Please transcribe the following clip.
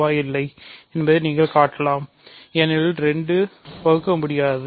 வ இல்லை என்பதை நீங்கள் காட்டலாம் ஏனெனில் 2 பகுக்க முடியாதது